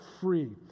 free